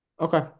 Okay